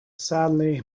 sadly